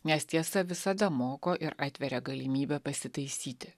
nes tiesa visada moko ir atveria galimybę pasitaisyti